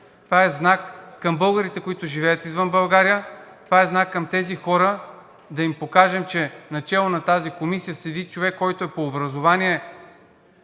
Това е знак към българите, които живеят извън България. Това е знак към тези хора да им покажем, че начело на тази комисия седи човек, който по образование